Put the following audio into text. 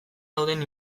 dauden